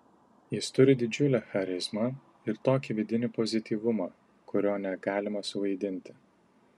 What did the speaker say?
jis turi didžiulę charizmą ir tokį vidinį pozityvumą kurio negalima suvaidinti